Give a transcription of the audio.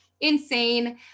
insane